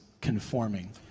conforming